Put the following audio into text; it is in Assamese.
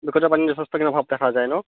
বিশুদ্ধ পানী যথেষ্টখিনি অভাৱ দেখা যায় ন